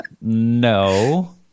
no